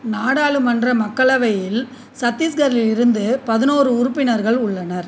நாடாளுமன்ற மக்களவையில் சத்தீஸ்கரிலிருந்து பதினோரு உறுப்பினர்கள் உள்ளனர்